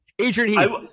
Adrian